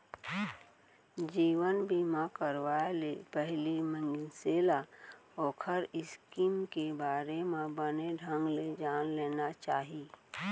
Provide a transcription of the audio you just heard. जीवन बीमा करवाय ले पहिली मनसे ल ओखर स्कीम के बारे म बने ढंग ले जान लेना चाही